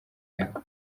yabo